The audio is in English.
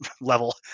level